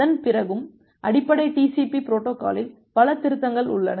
அதன் பிறகும் அடிப்படை TCP பொரோட்டோகாலில் பல திருத்தங்கள் உள்ளன